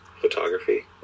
photography